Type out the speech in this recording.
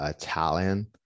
talent